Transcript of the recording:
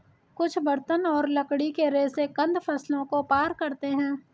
कुछ बर्तन और लकड़ी के रेशे कंद फसलों को पार करते है